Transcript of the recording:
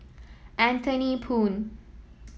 Anthony Poon